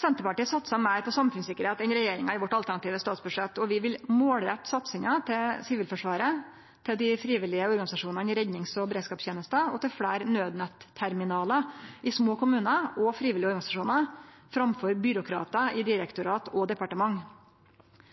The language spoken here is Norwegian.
Senterpartiet satsar i sitt alternative statsbudsjett meir på samfunnssikkerheit enn regjeringa, og vi vil målrette satsinga til Sivilforsvaret, til dei frivillige organisasjonane i rednings- og beredskapstenesta og til fleire naudnetterminalar i små kommunar og frivillige organisasjonar framfor byråkratar i direktorat og departement.